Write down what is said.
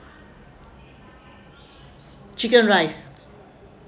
chicken rice